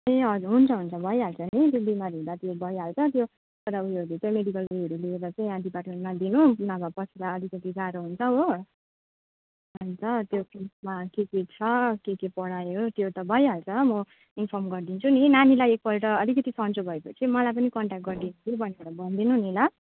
ए हजुर हुन्छ हुन्छ भइहाल्छ नि त्यो बिमारी हुँदा त्यो भइहाल्छ त्यो तर उयोहरू चाहिँ मेडिकल उयोहरू लिएर चाहिँ यहाँ डिपार्टमेन्टमा दिनु नभए पछिलाई अलिकति साह्रो हुन्छ हो अन्त त्यो फिसमा केके छ केके पढायो त्यो त भइहाल्छ म इन्फर्म गरदिन्छु नि नानीलाई एकपल्ट अलिकिति सञ्चो भएपछि मलाई पनि कन्ट्याक्ट गरिदिनु भनेर भन्दिनु नि ल